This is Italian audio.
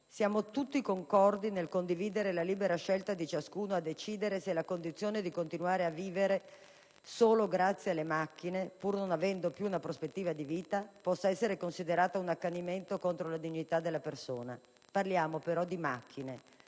siamo tutti concordi nel condividere la libera scelta di ciascuno a decidere se la condizione di continuare a vivere solo grazie alle macchine, pur non avendo più una prospettiva di vita, possa essere considerata un accanimento contro la dignità della persona. Parliamo, però, di macchine;